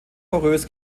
porös